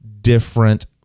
different